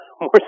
more